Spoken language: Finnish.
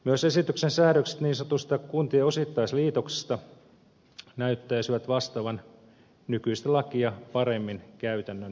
myös esityksen säädökset niin sanotuista kuntien osittaisliitoksista näyttäisivät vastaavan nykyistä lakia paremmin käytännön tarpeita